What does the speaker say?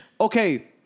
okay